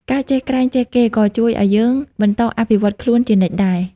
ការចេះក្រែងចេះគេ ក៏ជួយឲ្យយើង បន្តអភិវឌ្ឍខ្លួន ជានិច្ចដែរ។